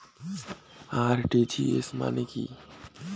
RTGS মানে কি?